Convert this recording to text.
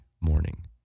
morning